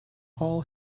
all